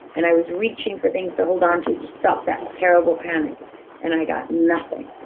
and i was reaching for things to hold onto, to stop that terrible panic and i got nothing.